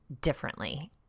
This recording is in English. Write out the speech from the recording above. differently